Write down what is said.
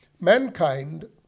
mankind